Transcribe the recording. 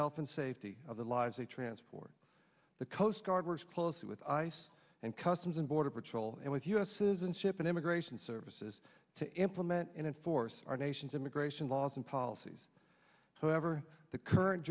health and safety of the lives they transport the coast guard works closely with ice and customs and border patrol and with u s citizenship and immigration services to implement and enforce our nation's immigration laws and policies however the current